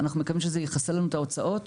אנחנו מקווים שזה יכסה לנו את ההוצאות.